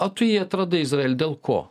o tu jį atradai izraely dėl ko